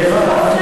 מרב.